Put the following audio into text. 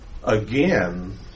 again